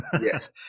Yes